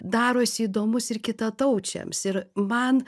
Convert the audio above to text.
darosi įdomus ir kitataučiams ir man